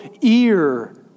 ear